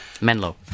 menlo